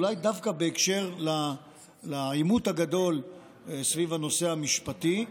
אולי דווקא בהקשר של עימות הגדול סביב הנושא המשפטי.